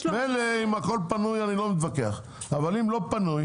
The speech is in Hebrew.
מילא אם הכול פנוי, אני לא מתווכח, אבל אם לא פנוי